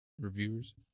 reviewers